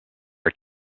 are